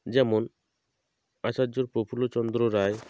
যেমন আচার্য প্রফুল্লচন্দ্র রায়